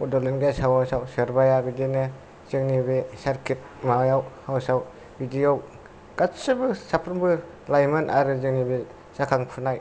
Bodoland guest हाउसआव सोरबाया बिदिनो जोंनि बे चार्कोल अफिसाव बिदियाव गासिबो साफ्रामबो लायमोन आरो बे जोंनि जाखां फुनाय